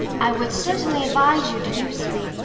i would certainly advise you to do so.